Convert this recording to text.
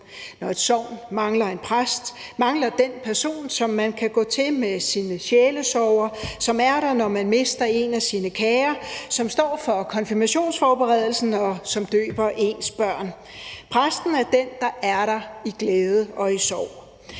Når et sogn mangler en præst, mangler den person, som man kan gå til med sine sjælesorger, som er der, når man mister en af sine kære, som står for konfirmationsforberedelsen, og som døber ens børn. Præsten er den, der er der i glæde og i sorg.